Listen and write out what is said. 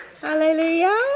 Hallelujah